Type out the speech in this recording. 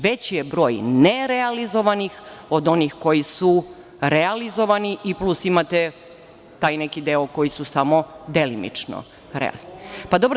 Veći je broj nerealizovnih od onih koje su realizovane i plus imate taj neki deo koje su samo delimično realizovane.